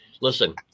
listen